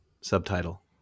subtitle